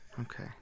okay